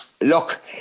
Look